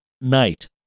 night